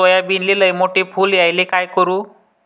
सोयाबीनले लयमोठे फुल यायले काय करू?